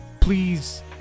please